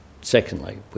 secondly